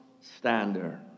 standard